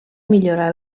millorar